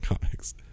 comics